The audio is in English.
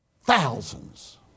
Thousands